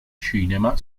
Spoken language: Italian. cinema